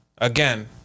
Again